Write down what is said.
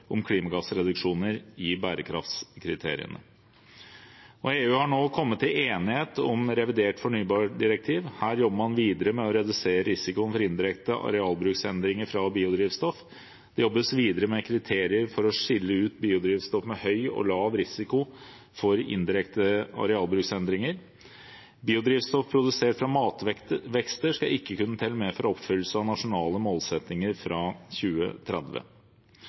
om klimagassreduksjoner i bærekraftskriteriene. EU har nå kommet til enighet om revidert fornybardirektiv. Her jobber man videre med å redusere risikoen for indirekte arealbruksendringer knyttet til biodrivstoff. Det jobbes videre med kriterier for å skille ut biodrivstoff med høy eller lav risiko for indirekte arealbruksendringer. Biodrivstoff produsert fra matvekster skal ikke kunne telle med for oppfyllelse av nasjonale målsettinger fra 2030.